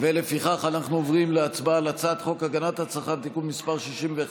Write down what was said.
לפיכך אנחנו עוברים להצבעה על הצעת חוק הגנת הצרכן (תיקון מס' 61),